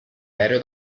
aereo